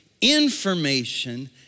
information